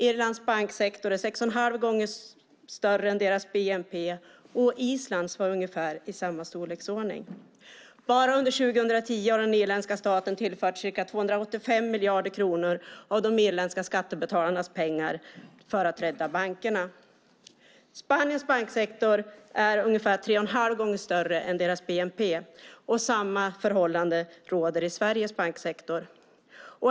Irlands banksektor är sex och en halv gånger större än deras bnp, och Islands var ungefär i samma storleksordning. Bara under 2010 har den irländska staten tillfört ca 285 miljarder kronor av de irländska skattebetalarnas pengar för att rädda bankerna. Spaniens banksektor är ungefär tre och en halv gånger större än deras bnp. Samma förhållande råder i Sveriges banksektor.